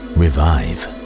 revive